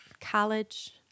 college